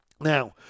Now